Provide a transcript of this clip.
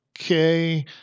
Okay